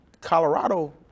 Colorado